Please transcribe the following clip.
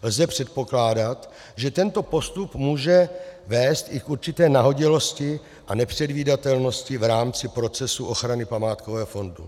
Lze předpokládat, že tento postup může vést i k určité nahodilosti a nepředvídatelnosti v rámci procesu ochrany památkového fondu.